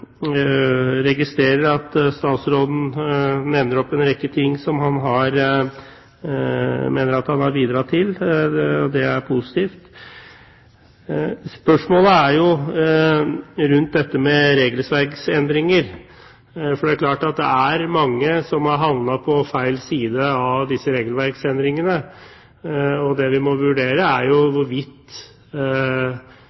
registrerer at statsråden nevner en rekke ting som han mener at han har bidratt til. Det er positivt. Spørsmålet dreier seg om dette med regelverksendringer, for det er mange som har havnet på feil side av disse regelverksendringene. Når vi